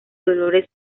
dolores